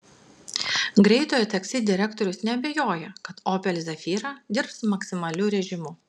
greitojo taksi direktorius neabejoja kad opel zafira dirbs maksimaliu režimu